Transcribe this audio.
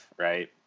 right